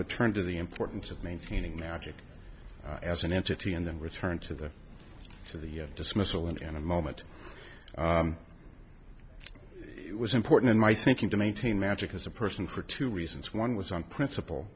return to the importance of maintaining magic as an entity and then return to the to the dismissal in a moment it was important in my thinking to maintain magic as a person for two reasons one was on principle